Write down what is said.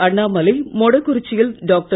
அண்ணாமலை மொடக்குறிச்சியில் டாக்டர்